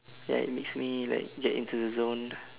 ya it makes me like get into the zone